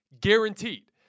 guaranteed